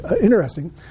interesting